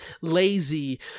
lazy